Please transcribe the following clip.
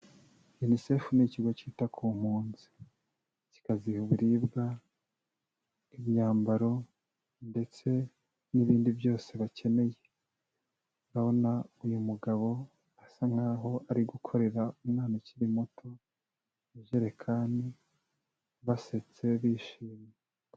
UNICEF ni ikigo cyita ku mpunzi, kikaziha ibiribwa, imyambaro ndetse n'ibindi byose bakeneye. Urabona uyu mugabo asa nkaho ari gukorera umwana ukiri muto ijerekani, basetse, bishimye.